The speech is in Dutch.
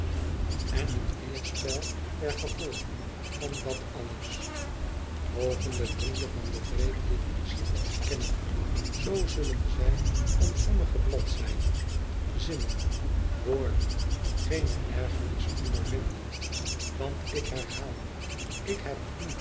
van den vrede dit principe erkennen zoo zullen zij om sommige bladzijden zinnen woorden geene ergernis ondervinden want ik herhaal ik heb